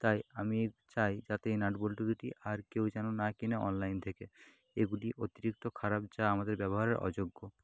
তাই আমি চাই যাতে এই নাট বল্টু দুটি আর কেউ যেন না কেনে অনলাইন থেকে এগুলি অতিরিক্ত খারাপ যা আমাদের ব্যবহারের অযোগ্য